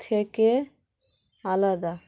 থেকে আলাদা